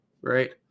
Right